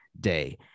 Day